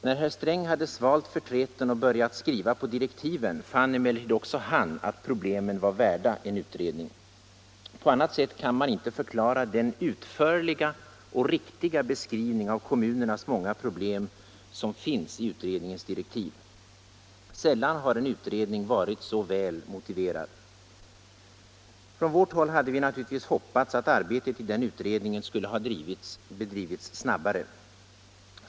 När herr Sträng hade svalt förtreten och började skriva på direktiven fann emellertid också han att problemen var värda en utredning. På annat sätt kan man inte förklara den utförliga och riktiga beskrivning av kommunernas många problem som finns i utredningens direktiv. Sällan har en utredning varit så väl motiverad. Från vårt håll hade vi naturligtvis hoppats att arbetet i utredningen skulle ha bedrivits snabbare.